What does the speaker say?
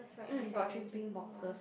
mm got three pink boxes